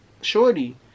shorty